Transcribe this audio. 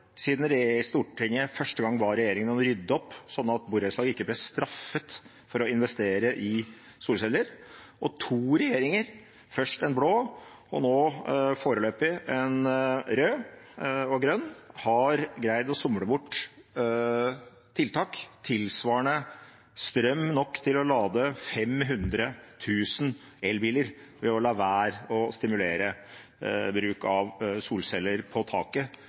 siden Stortinget første gang ba regjeringen om å rydde opp, slik at borettslag ikke ble straffet for å investere i solceller, og to regjeringer – først en blå og nå, foreløpig, en rød og grønn – har greid å somle bort tiltak tilsvarende strøm nok til å lade 500 000 elbiler ved å la være å stimulere til bruk av solceller på taket,